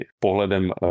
pohledem